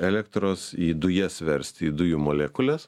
elektros į dujas versti į dujų molekules